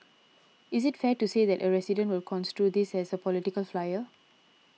is it fair to say that a resident will construe this as a political flyer